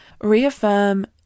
reaffirm